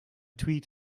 tweet